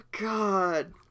god